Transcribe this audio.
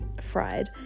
fried